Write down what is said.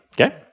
okay